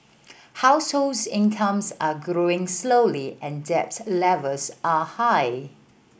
households incomes are growing slowly and debt levels are high